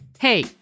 Hey